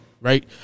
Right